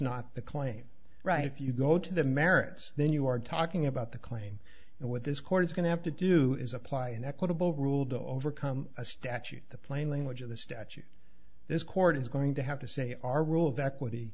the claim right if you go to the merits then you are talking about the claim and what this court is going to have to do is apply an equitable rule to overcome a statute the plain language of the statute this court is going to have to say our rule of equity